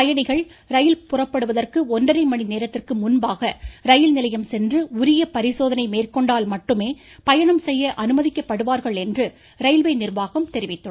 பயணிகள் ரயில் புறப்படுவதற்கு ஒன்றரை மணி நேரத்திற்கு முன்பாக ரயில் நிலையம் சென்று உரிய பரிசோதனை மேற்கொண்டால் மட்டுமே பயணம் செய்ய அனுமதிக்கப்படுவார்கள் என்று ரயில்வே நிர்வாகம் தெரிவித்துள்ளது